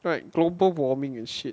right global warming and shit